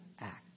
act